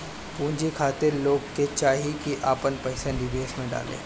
पूंजी खातिर लोग के चाही की आपन पईसा निवेश में डाले